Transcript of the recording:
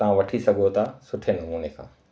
तव्हां वठी सघो था सुठे नमूने खां